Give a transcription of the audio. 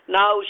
Now